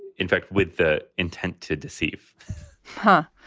in fact, with the intent to deceive huh.